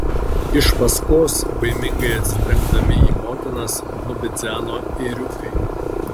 iš paskos baimingai atsitrenkdami į motinas nubidzeno ėriukai